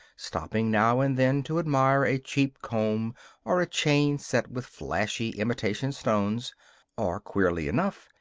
stopping now and then to admire a cheap comb or a chain set with flashy imitation stones or, queerly enough,